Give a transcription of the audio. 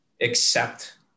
accept